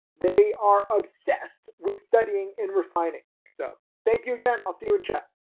they are obsessed with studying and refining. so thank you again i'll see you in chat.